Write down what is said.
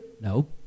No